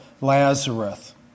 Lazarus